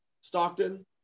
Stockton